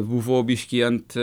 vo biški ant